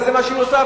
וזה מה שהיא עושה.